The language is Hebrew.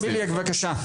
בבקשה.